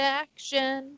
action